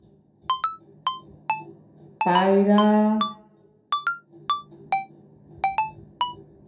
পায়রা